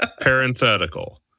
Parenthetical